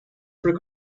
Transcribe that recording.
for